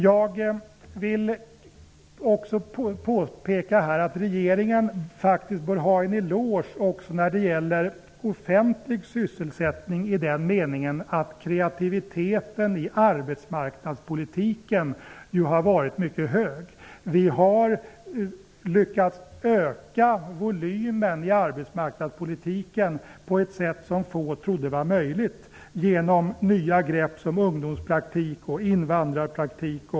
Jag vill här också påpeka att regeringen faktiskt bör ha en eloge även när det gäller offentlig sysselsättning i den meningen att kreativiteten i arbetsmarknadspolitiken har varit mycket hög. Vi har lyckats öka volymen i arbetsmarknadspolitiken på ett sätt som få trodde vara möjligt genom nya grepp som ungdomspraktik och invandrarpraktik.